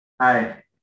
Hi